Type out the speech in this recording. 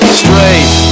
straight